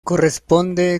corresponde